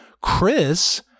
Chris